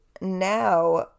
now